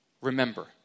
Remember